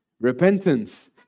Repentance